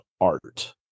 art